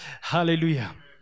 Hallelujah